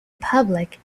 public